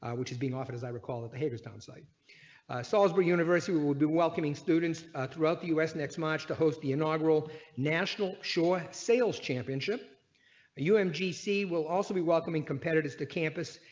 which is being offered as i recall that the haters downside salisbury university will do welcoming students throughout the u s next march to host the inaugural national short sales championship are u, n, g c will also. be welcoming competitors to campus.